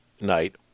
night